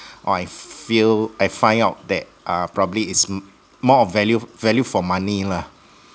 or I feel I find out that uh probably is m~ more of value value for money lah